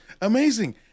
Amazing